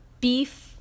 beef